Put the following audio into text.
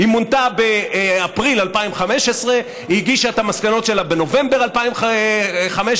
היא מונתה באפריל 2015. היא הגישה את המסקנות שלה בנובמבר 2015. סליחה,